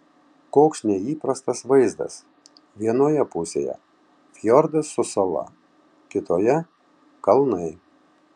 koks neįprastas vaizdas vienoje pusėje fjordas su sala kitoje kalnai